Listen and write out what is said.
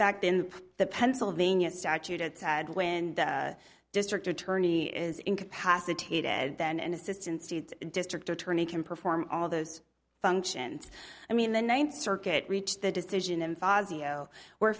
fact in the pennsylvania statute a tad when a district attorney is incapacitated and then an assistant state's district attorney can perform all those functions i mean the ninth circuit reached the decision in fazio where